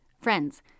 Friends